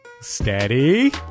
Steady